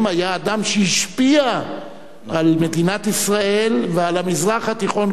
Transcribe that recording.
אבל כל אחד מהם היה אדם שהשפיע על מדינת ישראל ועל המזרח התיכון כולו,